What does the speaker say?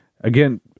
Again